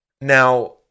Now